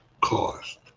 cost